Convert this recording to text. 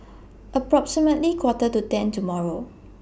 approximately Quarter to ten tomorrow